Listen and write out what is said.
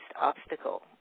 obstacle